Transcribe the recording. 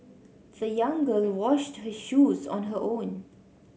the young girl washed her shoes on her own